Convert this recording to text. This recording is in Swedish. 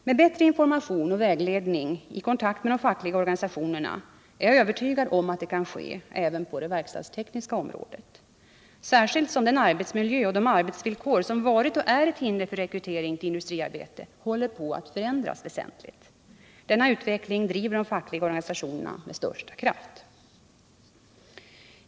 Med bättre information och vägledning i kontakt med de fackliga organisationerna är jag Övertygad om att detta kan ske även på det verkstadstekniska området — särskilt som den arbetsmiljö och de arbetsvillkor som varit och är ett hinder för rekrytering till industriarbete håller på att förändras väsentligt. Denna utveckling driver de fackliga organisationerna på med största kraft.